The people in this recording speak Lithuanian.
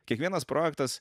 kiekvienas projektas